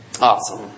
awesome